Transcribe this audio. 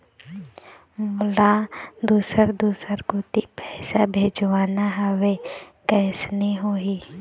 मोला दुसर दूसर कोती पैसा भेजवाना हवे, कइसे होही?